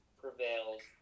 prevails